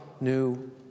new